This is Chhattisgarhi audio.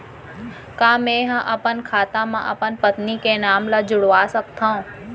का मैं ह अपन खाता म अपन पत्नी के नाम ला जुड़वा सकथव?